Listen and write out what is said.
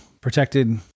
protected